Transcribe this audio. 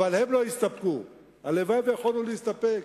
אבל הם לא הסתפקו, הלוואי ויכולנו להסתפק.